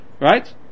right